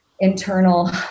internal